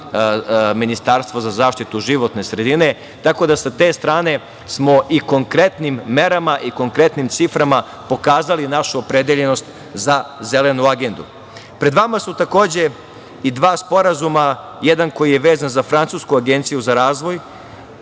Ministarstvo za zaštitu životne sredine, tako da sa te strane smo i konkretnim merama i konkretnim ciframa pokazali našu opredeljenost za zelenu agendu. Pred vama su, takođe, i dva sporazuma, jedan koji je vezan za Francusku agenciju za razvoj